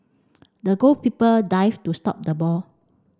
the goalkeeper dived to stop the ball